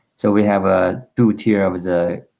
so we have a two tier of the